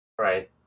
right